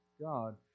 god